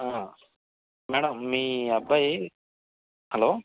ఆ మేడం మీ అబ్బాయి హలో